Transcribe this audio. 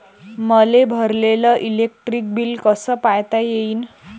मले भरलेल electric bill कस पायता येईन?